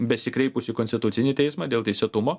besikreipusių į konstitucinį teismą dėl teisėtumo